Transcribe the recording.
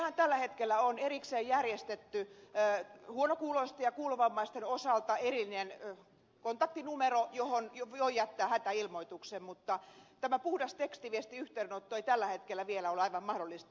meillähän tällä hetkellä on erikseen järjestetty huonokuuloisten ja kuulovammaisten osalta erillinen kontaktinumero johon voi jättää hätäilmoituksen mutta tämä puhdas tekstiviestiyhteydenotto ei tällä hetkellä vielä ole aivan mahdollista